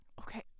Okay